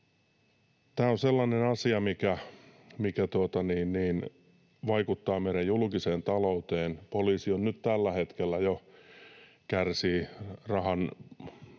Tämä on sellainen asia, mikä vaikuttaa meidän julkiseen talouteen. Poliisi nyt jo tällä hetkellä kärsii rahan